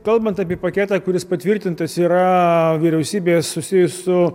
kalbant apie paketą kuris patvirtintas yra vyriausybės susijus su